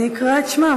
אני אקרא בשמם.